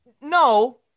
No